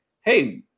hey